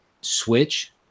switch